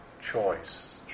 choice